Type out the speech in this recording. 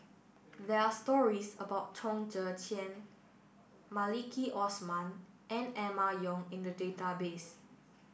there are stories about Chong Tze Chien Maliki Osman and Emma Yong in the database